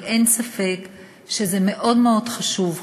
אבל אין ספק שזה מאוד מאוד חשוב,